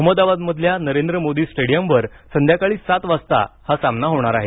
अहमदाबादमधल्या नरेंद्र मोदी स्टेडियमवर संध्याकाळी सात वाजता हा सामना होणार आहे